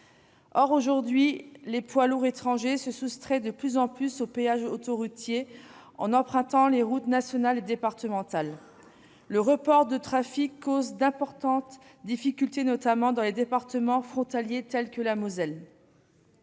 Or, aujourd'hui, les poids lourds étrangers se soustraient de plus en plus aux péages autoroutiers en empruntant les routes nationales et départementales. Ce report de trafic cause d'importantes difficultés, notamment dans les départements frontaliers tels que la Moselle.